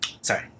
Sorry